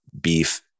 beef